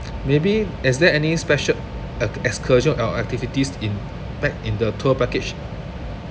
maybe is there any special excursion or activities in pack~ in the tour package